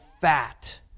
fat